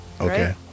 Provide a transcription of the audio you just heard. Okay